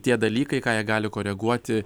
tie dalykai ką jie gali koreguoti